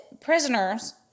prisoners